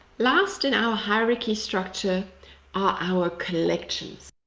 last in our hierarchy structure are our collections.